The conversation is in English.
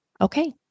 okay